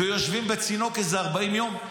ויושבים בצינוק איזה 40 יום?